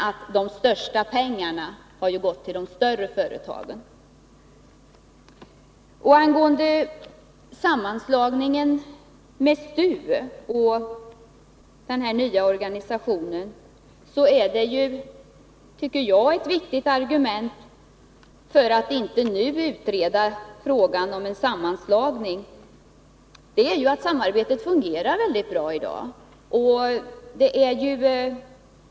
Ett viktigt argument för att inte nu utreda frågan om en sammanslagning av industriverket och STU är, tycker jag, att samarbetet fungerar väldigt bra i dag.